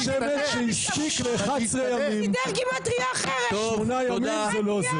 לכן אני מבקש דיון אישי בנושא הזה כדי לשמוע מה קווי היסוד של הממשלה.